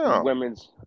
women's